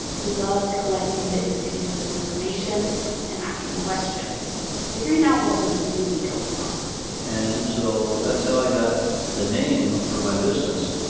he loved collecting bits and pieces of information and asking questions, figuring out what was really going on and so that's how i got the name for my business,